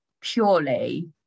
purely